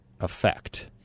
effect